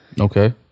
Okay